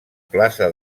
plaça